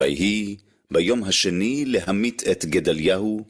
ויהי ביום השני להמית את גדליהו.